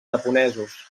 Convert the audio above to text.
japonesos